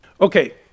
Okay